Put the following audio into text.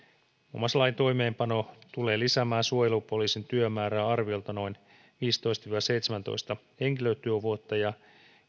muun muassa lain toimeenpano tulee lisäämään suojelupoliisin työmäärää arviolta noin viisitoista viiva seitsemäntoista henkilötyövuotta ja